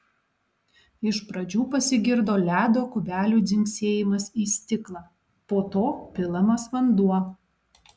iš pradžių pasigirdo ledo kubelių dzingsėjimas į stiklą po to pilamas vanduo